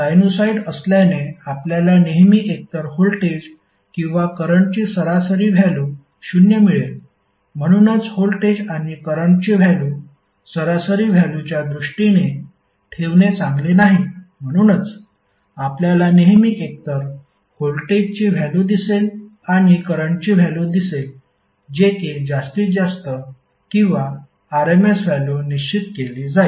sinusoid असल्याने आपल्याला नेहमी एकतर व्होल्टेज किंवा करंटची सरासरी व्हॅल्यु 0 मिळेल म्हणूनच व्होल्टेज आणि करंटची व्हॅल्यु सरासरी व्हॅल्युच्या दृष्टीने ठेवणे चांगले नाही म्हणूनच आपल्याला नेहमी एकतर व्होल्टेजची व्हॅल्यु दिसेल आणि करंटची व्हॅल्यु दिसेल जेकी जास्तीत जास्त किंवा RMS व्हॅल्यु निश्चित केली जाईल